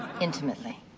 Intimately